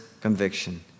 conviction